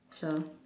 sure